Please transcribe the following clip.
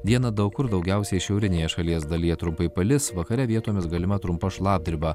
dieną daug kur daugiausiai šiaurinėje šalies dalyje trumpai palis vakare vietomis galima trumpa šlapdriba